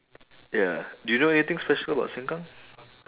ya do you know anything special about seng kang